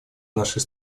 нашей